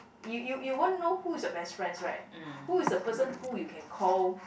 you you you won't know who is your best friends right who is the person who you can call